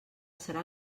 serà